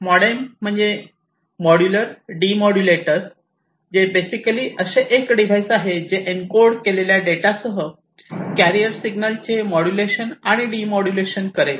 modem म्हणजे modular demodulator जे basically असे एक डिवाइस आहे जे एन्कोड केलेल्या डेटासह कॅरियर सिग्नल्सचे मॉड्यूलेशन आणि डिमोड्यूलेशन करेल